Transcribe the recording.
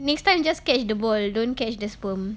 next time just catch the ball don't catch the sperm